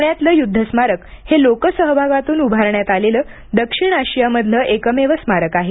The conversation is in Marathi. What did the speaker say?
पुण्यातलं युद्ध स्मारक हे लोकसहभागातून उभारण्यात आलेलं दक्षिण आशियामधलं एकमेव स्मारक आहे